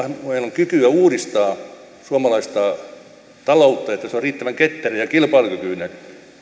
kykyä uudistaa suomalaista taloutta jotta se on riittävän ketterä ja kilpailukykyinen